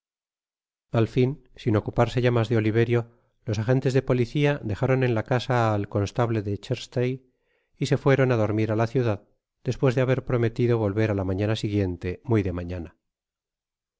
al fin sin ocuparle ya mas de oliverio los agentes de policia dejaron en a casa al constable de chertsey y se fueron á dormir á la ciudad despues de haber prometido volver á la mañana siguiente muy de mañana